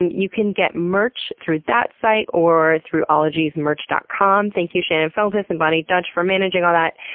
and you can get merch through that site or through ologiesmerch dot com. thank you to shannon feltus and boni dutch for managing all that.